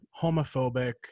homophobic